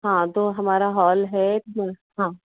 हाँ तो हमारा हॉल है जो हाँ